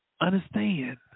Understand